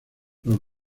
los